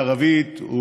בערבית,